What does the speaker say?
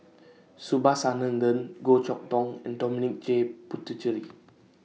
Subhas Anandan Goh Chok Tong and Dominic J Puthucheary